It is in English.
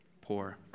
Poor